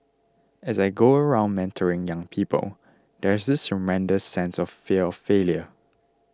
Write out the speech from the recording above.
as I go around mentoring young people there's this tremendous sense of fear of failure